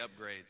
upgrades